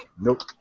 Nope